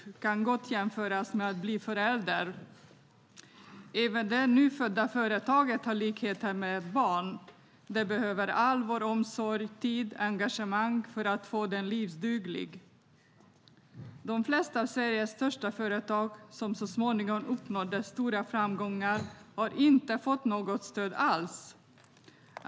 Det kan gott jämföras med att bli förälder. Även det nyfödda företaget har likheter med ett barn. Det behöver all vår omsorg och tid och engagemang för att bli livsdugligt. De flesta av Sveriges största företag som så småningom uppnått stora framgångar har inte fått något stöd alls.